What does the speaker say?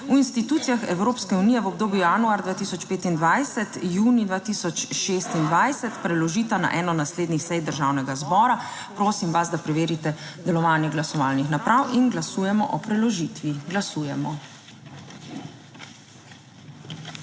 v institucijah Evropske unije v obdobju januar 2025 - junij 2026, preložita na eno naslednjih sej Državnega zbora. Prosim vas, da preverite delovanje glasovalnih naprav in glasujemo o preložitvi. Glasujemo.